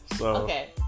Okay